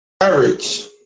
courage